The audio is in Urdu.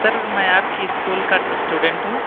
سر میں آپ کی اسکول کا اسٹوڈنٹ ہوں